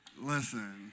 Listen